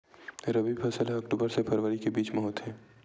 रबी फसल हा अक्टूबर से फ़रवरी के बिच में होथे